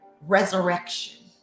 resurrection